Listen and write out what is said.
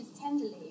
tenderly